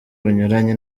bunyuranye